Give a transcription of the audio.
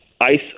ice